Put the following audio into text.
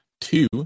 Two